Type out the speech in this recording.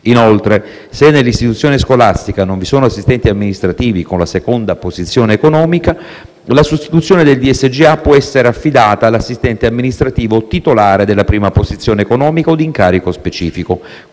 Inoltre, se nell'istituzione scolastica non vi sono assistenti amministrativi con la seconda posizione economica, la sostituzione del DSGA può essere affidata all'assistente amministrativo titolare della prima posizione economica o di incarico specifico;